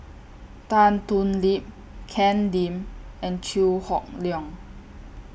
Tan Thoon Lip Ken Lim and Chew Hock Leong